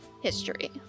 history